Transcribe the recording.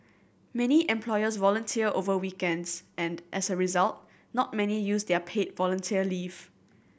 many employees volunteer over weekends and as a result not many use their paid volunteer leave